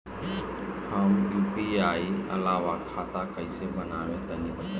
हम यू.पी.आई वाला खाता कइसे बनवाई तनि बताई?